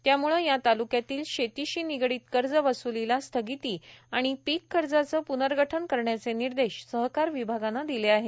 त्यामुळे या तालुक्यातील शेतीशी निगडीत कर्ज वस्लीला स्थगिती आणि पीक कर्जाचं पूनर्गठन करण्याचे निर्देश सहकार विभागानं दिले आहेत